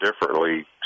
differently